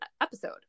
episode